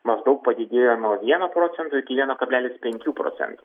maždaug padidėjo nuo vieno procento iki vieno kablelis penkių procentų